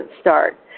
start